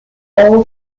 all